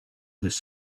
this